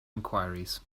enquiries